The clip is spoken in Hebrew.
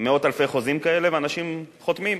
מאות אלפי חוזים כאלה ואנשים חותמים,